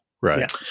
Right